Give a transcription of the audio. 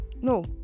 No